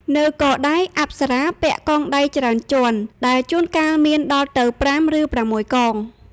នៅកដៃ អប្សរាពាក់កងដៃច្រើនជាន់ ដែលជួនកាលមានដល់ទៅ ៥ ឬ ៦ កង។